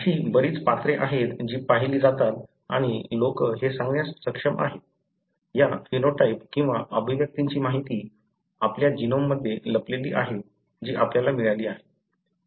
अशी बरीच पात्रे आहेत जी पाहिली जातात आणि लोक हे सांगण्यास सक्षम आहेत या फेनोटाइप किंवा अभिव्यक्तींची माहिती आपल्या जीनोममध्ये लपलेली आहे जी आपल्याला मिळाली आहे